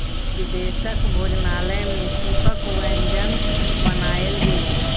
विदेशक भोजनालय में सीपक व्यंजन बनायल गेल